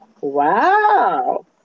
Wow